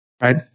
right